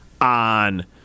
on